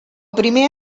primer